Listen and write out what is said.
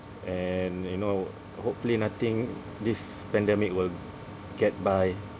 and you know hopefully nothing this pandemic will get by